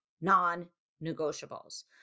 non-negotiables